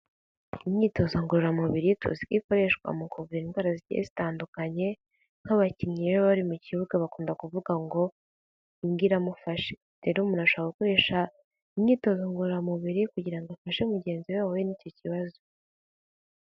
Imyitozo ngororamubiri, tuziko ikoreshwa mu kuvura indwara zigiye zitandukanye, nk'abakinnyi rero bari mu kibuga, bakunda kuvuga ngo imbwa iramufashe. Rero umuntu ashobora gukoresha imyitozo ngororamubiri, kugira ngo afashe mugenzi we wahuye n'icyo kibazo.